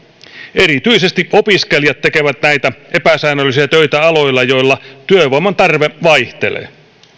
erityisesti opiskelijat tekevät näitä epäsäännöllisiä töitä aloilla joilla työvoiman tarve vaihtelee